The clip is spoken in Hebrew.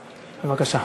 בבקשה.